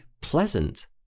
pleasant